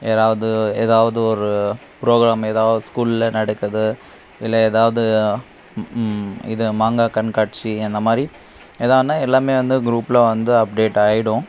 எதாவது எதாவது ஒரு ப்ரோகிராம் எதாது ஸ்கூலில் நடக்குது இல்லை எதாவது இது மாங்காய் கண்காட்சி அந்த மாதிரி எதாதுனா எல்லாமே வந்த குரூப்பில் வந்து அப்டேட் ஆகிடும்